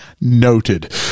Noted